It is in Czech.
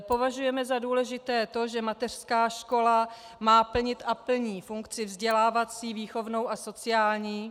Považujeme za důležité to, že mateřská škola má plnit a plní funkci vzdělávací, výchovnou a sociální.